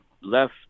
left